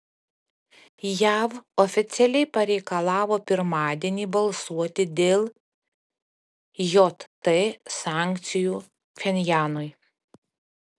jav oficialiai pareikalavo pirmadienį balsuoti dėl jt sankcijų pchenjanui